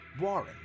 warren